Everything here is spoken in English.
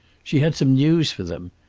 she had some news for them.